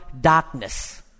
darkness